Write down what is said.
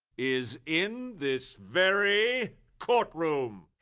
is in this very courtroom.